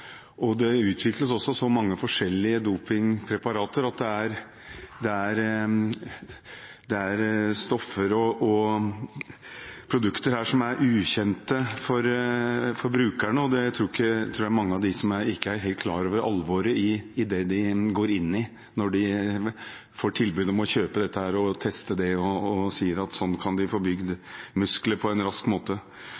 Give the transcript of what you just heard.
Det utvikles også så mange forskjellige dopingpreparater at det er stoffer og produkter her som er ukjente for brukerne, og jeg tror mange av dem ikke helt er klar over alvoret i det de går inn i når de får tilbud om å kjøpe og teste dette og hører at sånn kan